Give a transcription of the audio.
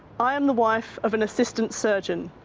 i am the wife of an assistant surgeon.